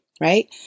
right